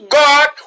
god